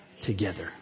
together